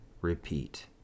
repeat